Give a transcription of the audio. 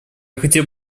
хотел